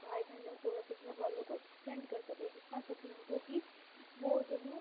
بھائی بہنوں کو یا پھر گھر والوں کو سینڈ کر سکیں دکھا سکیں ان کو کہ وہ جو ہے